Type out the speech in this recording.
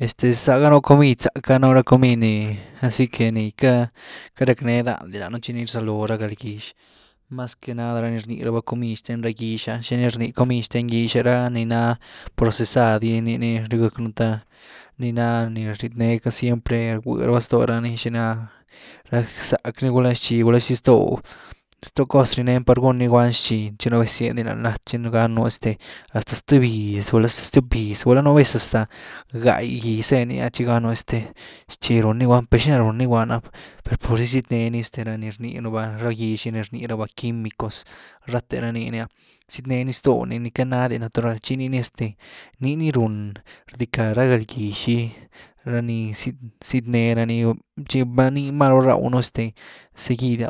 Este, za gá nuu comid zack’ah nú ra comid ni a sí que ni queity racknee dandy lanú, tchi nii rzaloo ra galgyx, mas que nada ra ni rnii raba comi xten ra gýx ah, tchi ni rnii comid xten gýx ra ni naa procesad gy nii ni gywgëcky un te ni naa ni rietnee siempre rgwy raba stoo ra ni xina rack zack ni, gula ¿xi?, xi stoh, stoh cos rieneen par gúnni guand xi, tchi nú vez sied ni lany lat, tchi rë gánnu hasta ztë viz stiop viz’ah, gula nu vez hasta gái gyz zeeni te tchi gánnu txii ruuny guand ¿per xina runni guand’ah? Per purzy sietnee’ni este ra nii rny raba par ra gýx’gy ni, nii rni raba químicos, raate ra nii ni’ah sietnee ny stoh ni queity naady natural tchi nii ni este nii ni ruun rdycka rá galgyx’ gy, ranii siet-siet nee rany, tchi ni máru rdaw nu este seguid,